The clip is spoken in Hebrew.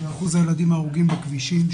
בשיעור הילדים ההרוגים בכבישים.